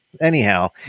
anyhow